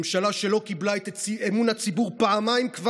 ממשלה שלא קיבלה את אמון הציבור כבר פעמיים,